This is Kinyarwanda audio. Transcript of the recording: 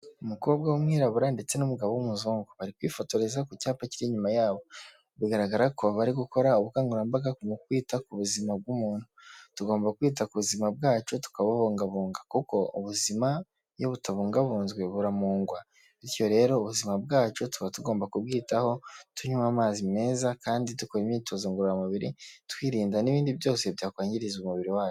Umukobwa w'umwirabura ndetse n'umugabo w'umuzungu bari kwifotoreza ku cyapa kiri inyuma ya biragaragara ko bari gukora ubukangurambaga mu kwita ku buzima bw'umuntu tugomba kwita ku buzima bwacu tukabubungabunga kuko ubuzima iyo butabungabunzwe buramungwa bityo rero ubuzima bwacu tuba tugomba kubwitaho tunywa amazi meza kandi dukora imyitozo ngororamubiri twirinda n'ibindi byose byakwangiriza umubiri wacu.